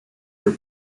were